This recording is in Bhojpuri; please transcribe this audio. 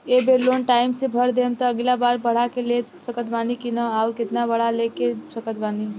ए बेर लोन टाइम से भर देहम त अगिला बार बढ़ा के ले सकत बानी की न आउर केतना बढ़ा के ले सकत बानी?